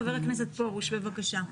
חבר הכנסת פורוש, בבקשה.